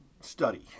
study